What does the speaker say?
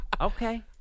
Okay